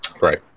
Right